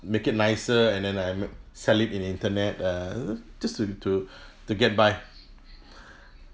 make it nicer and then I m~ sell it in internet err just to to to get by